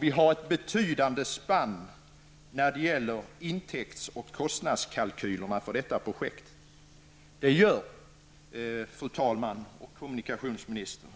Vi har ett betyande spann när det gäller intäkts och kostnadskalkylerna för detta projekt. Det gör, fru talman och kommunikationsministern,